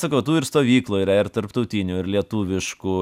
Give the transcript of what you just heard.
sakau tų ir stovyklų yra ir tarptautinių ir lietuviškų